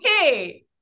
okay